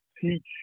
teach